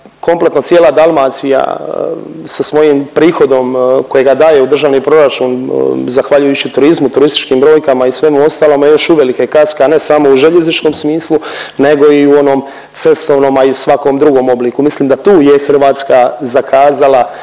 kompletno cijela Dalmacija sa svojim prihodom kojega daje u državni proračun zahvaljujući turizmu, turističkim brojkama i svemu ostalome još uvelike kaska ne samo u željezničkom smislu nego i u onom cestovnom, a i svakom drugom obliku. Mislim da tu je Hrvatska zakazala,